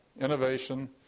innovation